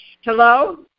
Hello